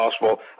possible